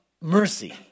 mercy